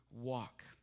walk